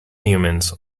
humans